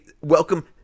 Welcome